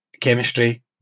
chemistry